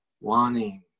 wanting